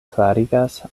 klarigas